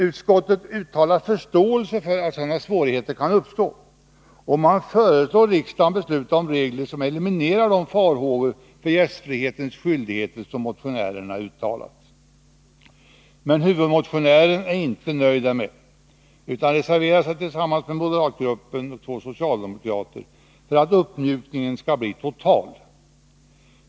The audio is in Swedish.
Utskottet uttalar förståelse för att sådana svårigheter kan uppstå, och man föreslår riksdagen att besluta om regler som eliminerar de farhågor beträffande fullgörandet av gästfrihetens skyldigheter som motionärerna uttalat. Men huvudmotionären är inte nöjd därmed utan reserverar sig tillsammans med moderatgruppen och två socialdemokrater för att uppmjukningen skall bli total.